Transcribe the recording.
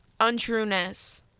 untrueness